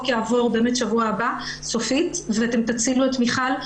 יעבור באמת שבוע הבא סופית ואתם תצילו את מיכל,